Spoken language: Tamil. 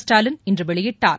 ஸ்டாலின் இன்று வெளியிட்டார்